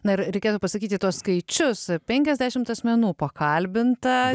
na ir reikėtų pasakyti tuos skaičius penkiasdešimt asmenų pakalbinta